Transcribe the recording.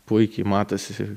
puikiai matosi